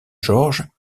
georges